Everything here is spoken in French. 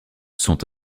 sont